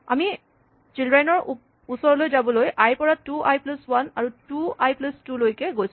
আমি চিল্ড্ৰেনৰ ওচৰলৈ যাবলৈ আই ৰ পৰা টু আই প্লাছ ৱান আৰু টু আই প্লাছ টু লৈকে গৈছো